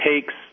takes